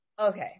okay